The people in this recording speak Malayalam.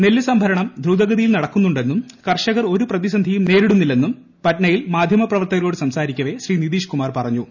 നെല്ല് സംഭരണം ധ്രുതഗതയിൽ നടക്കുന്നുണ്ടെന്നും കർഷകർ ഒരു പ്രതിസന്ധിയും നേരിടുന്നില്ലെന്നും പട്നയിൽ മാധ്യമപ്രവർത്തകരോട് സംസാരിക്കവേ ശ്രീ നിതീഷ് കുമാർ പറഞ്ഞു